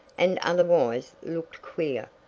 and otherwise looked queer.